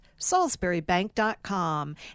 salisburybank.com